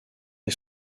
est